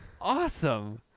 Awesome